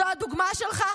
זו הדוגמה שלך?